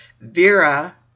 Vera